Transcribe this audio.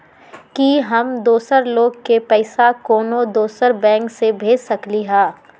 कि हम दोसर लोग के पइसा कोनो दोसर बैंक से भेज सकली ह?